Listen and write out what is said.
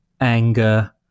anger